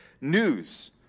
news